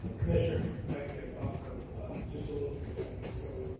ah commissioner. if i could offer just a little perspective. so